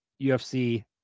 UFC